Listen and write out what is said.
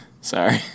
sorry